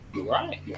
right